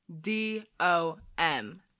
D-O-M